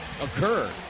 occur